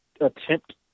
attempt